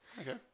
Okay